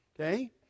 Okay